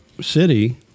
City